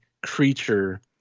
creature